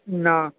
না